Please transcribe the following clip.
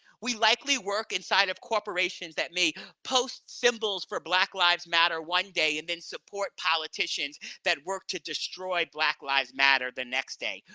we likely work inside of corporations that may post symbols for black lives matter one day, and then support politicians that work to destroy black lives matter the next day.